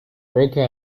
brokaw